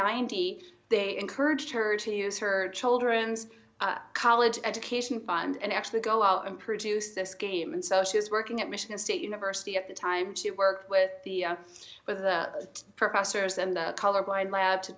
ninety they encouraged her to use her children's college education fund and actually go out and produce this game and so she was working at michigan state university at the time she worked with the with the professors and the color blind